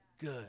Good